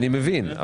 אני מבין,